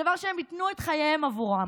הדבר שהם ייתנו את חייהם עבורו,